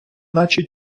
наче